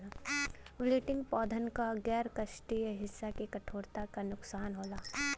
wilting पौधन क गैर काष्ठीय हिस्सा के कठोरता क नुकसान होला